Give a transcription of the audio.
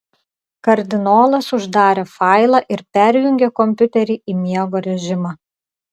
kardinolas uždarė failą ir perjungė kompiuterį į miego režimą